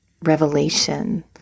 revelation